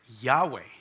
Yahweh